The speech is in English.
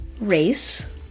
race